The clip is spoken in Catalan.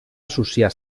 associar